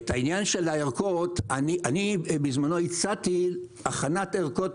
את העניין של הערכות, אני בזמנו הצעתי, הכנת ערכות